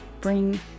bring